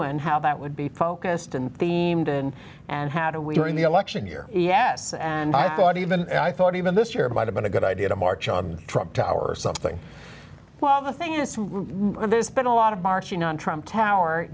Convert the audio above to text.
and how that would be focused and themed and how do we bring the election year yes and i thought even i thought even this year by about a good idea to march on a trip to our or something well the thing is there's been a lot of marching on trump tower